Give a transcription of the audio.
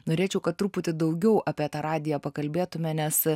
norėčiau kad truputį daugiau apie tą radiją pakalbėtume nes